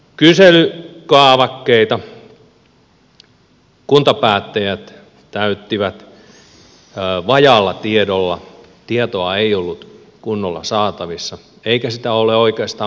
näitä kyselykaavakkeita kuntapäättäjät täyttivät vajaalla tiedolla tietoa ei ollut kunnolla saatavissa eikä sitä ole oikeastaan vieläkään